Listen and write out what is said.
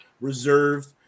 reserved